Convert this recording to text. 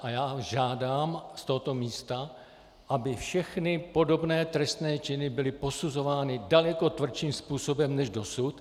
A já žádám z tohoto místa, aby všechny podobné trestné činy byly posuzovány daleko tvrdším způsobem než dosud.